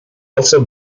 also